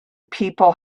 people